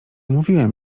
mówiłem